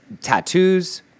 tattoos